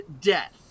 death